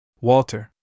Walter